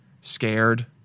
scared